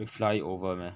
they fly it over meh